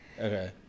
Okay